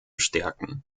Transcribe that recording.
stärken